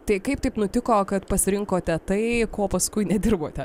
tai kaip taip nutiko kad pasirinkote tai ko paskui nedirbote